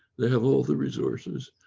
they have all the resources,